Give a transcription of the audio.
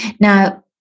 Now